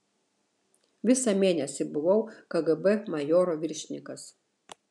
visą mėnesį buvau kgb majoro viršininkas